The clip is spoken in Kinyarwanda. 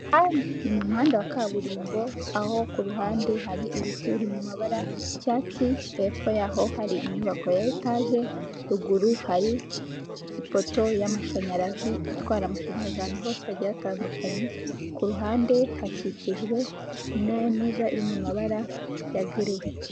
Ni mu muhanda wa kaburimbo aho ku ruhande hari ibiti biri mu mabara y'icyatsi, hepfo yaho hari inyubako ya etaje, ruguru hari ipoto y'amashanyarazi itwara amashanyarazi ahantu hose hagiye hatandukanye, ku ruhande hakikijwe n'intuza iri mu mabara ya gere.